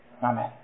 Amen